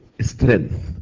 strength